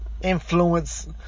influence